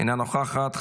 אינה נוכחת,